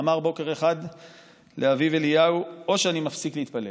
אמר בוקר אחד לאביו אליהו, או שאני מפסיק להתפלל,